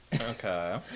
Okay